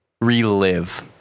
relive